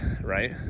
right